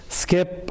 skip